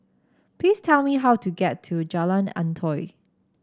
please tell me how to get to Jalan Antoi